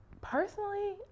Personally